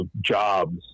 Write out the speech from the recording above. jobs